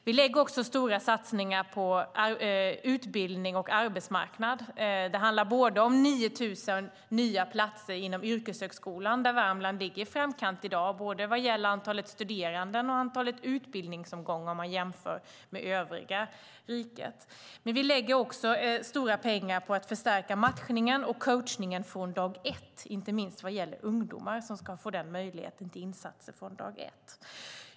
Vi gör också stora satsningar på utbildning och arbetsmarknad. Det handlar till exempel om 9 000 nya platser inom yrkeshögskolan, där Värmland ligger i framkant i dag både vad gäller antalet studerande och antalet utbildningsomgångar om man jämför med övriga riket. Men vi lägger också stora pengar på att förstärka matchningen och coachningen från dag ett, inte minst vad gäller ungdomar som ska få denna möjlighet till insatser från dag ett.